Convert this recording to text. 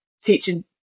teaching